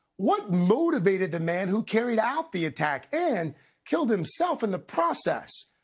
what motivated the man who carried out the attack and killed himself in the process?